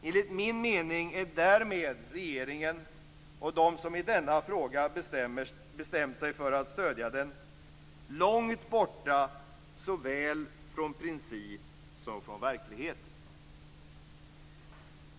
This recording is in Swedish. Enligt min mening är därmed regeringen, och de som i denna fråga bestämt sig för att stödja den, långt borta såväl från princip som från verklighet.